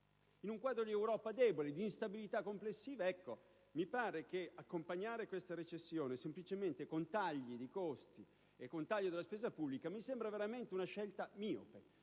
in un quadro europeo debole e di instabilità complessiva, accompagnare questa situazione semplicemente con tagli di costi e della spesa pubblica mi sembra veramente una scelta miope.